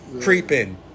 creeping